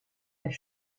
est